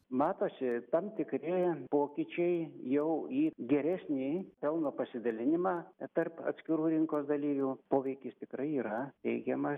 matosi tam tikri pokyčiai jau į geresnį pelno pasidalinimą tarp atskirų rinkos dalyvių poveikis tikrai yra teigiamas